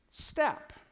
step